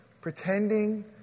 Pretending